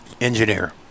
engineer